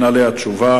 אין עליה תשובה.